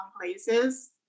places